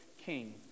king